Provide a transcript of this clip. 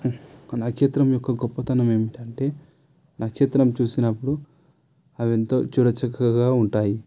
నక్షత్రం యొక్క గొప్పతనం ఏమిటి అంటే నక్షత్రం చూసినప్పుడు అవెంతో చూడు చక్కగా ఉంటాయి